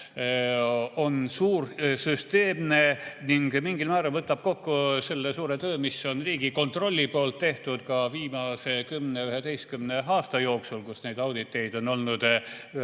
on suur, süsteemne ning mingil määral võtab kokku selle suure töö, mida on Riigikontrollis tehtud viimase 10–11 aasta jooksul, kui neid auditeid on olnud